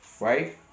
right